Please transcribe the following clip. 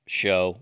show